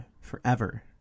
forever